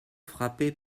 frappé